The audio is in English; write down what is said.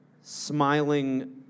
smiling